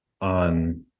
on